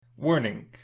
Warning